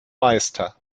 meister